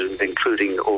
including